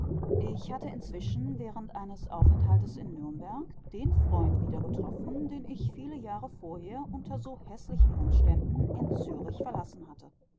ich hatte inzwischen während eines aufenthaltes in nürnberg den freund wiedergetroffen den ich viele jahre vorher unter so häßlichen umständen in zürich verlassen hatte